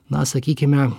na sakykime